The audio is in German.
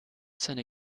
seine